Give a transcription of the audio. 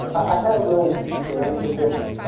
i had a little experience with this.